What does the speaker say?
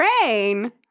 Train